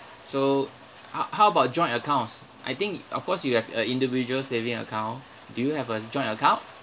so ho~ how about joint accounts I think of course you have uh individuals saving account do you have a joint account